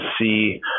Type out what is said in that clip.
see